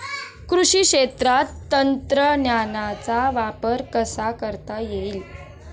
कृषी क्षेत्रात तंत्रज्ञानाचा वापर कसा करता येईल?